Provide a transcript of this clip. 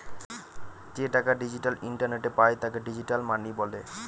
যে টাকা ডিজিটাল ইন্টারনেটে পায় তাকে ডিজিটাল মানি বলে